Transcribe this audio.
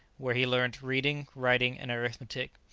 where he learnt reading, writing, and arithmetic.